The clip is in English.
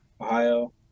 Ohio